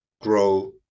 grow